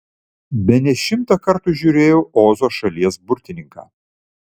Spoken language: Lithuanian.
bene šimtą kartų žiūrėjau ozo šalies burtininką